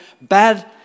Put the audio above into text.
bad